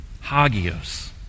Hagios